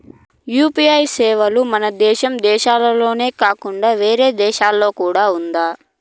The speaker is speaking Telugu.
యు.పి.ఐ సేవలు మన దేశం దేశంలోనే కాకుండా వేరే దేశాల్లో కూడా ఉందా?